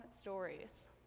stories